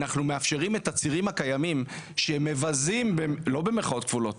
אנחנו מאפשרים את הצירים הקיימים שמבזים לא במירכאות כפולות,